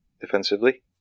defensively